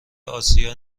آسیا